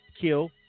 kill